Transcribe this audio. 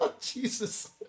Jesus